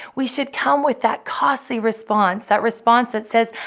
we should come with that costly response. that response that says,